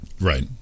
Right